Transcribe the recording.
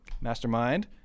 mastermind